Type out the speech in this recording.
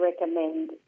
recommend